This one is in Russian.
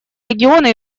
региона